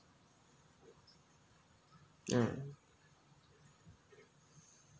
ya